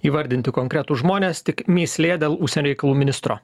įvardinti konkretūs žmonės tik mįslė dėl užsienio reikalų ministro